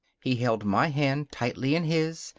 he held my hand tightly in his,